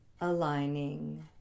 aligning